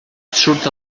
surt